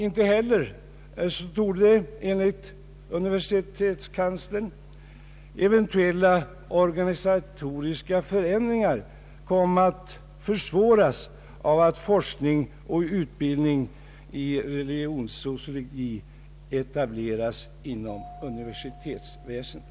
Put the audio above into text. Inte heller torde enligt universitetskanslern eventuella organisatoriska förändringar komma att försvåras av att forskning och utbildning i religionssociologi etableras inom universitetsväsendet.